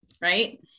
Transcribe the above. right